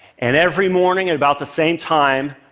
and every morning at about the same time,